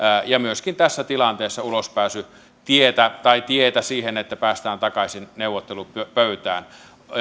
ja myöskin tässä tilanteessa ulospääsytietä tietä siihen että päästään takaisin neuvottelupöytään